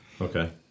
Okay